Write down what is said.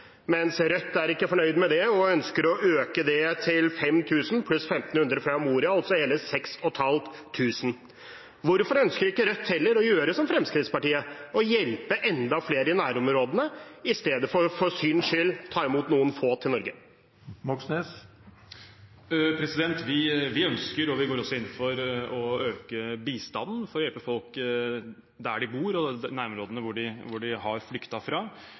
mens Rødt ikke er fornøyd med det og ønsker å øke det til 5 000 pluss 1 500 fra Moria, altså hele 6 500. Hvorfor ønsker ikke Rødt heller å gjøre som Fremskrittspartiet, å hjelpe enda flere i nærområdene, i stedet for for syns skyld å ta imot noen få til Norge? Vi ønsker og går inn for å øke bistanden for å hjelpe folk der de bor og i nærområdene de